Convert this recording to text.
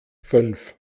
fünf